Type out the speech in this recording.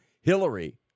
Hillary